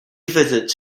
visits